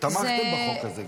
וגם תמכתם בחוק הזה.